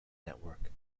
network